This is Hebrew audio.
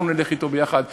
אנחנו נלך ביחד אתו.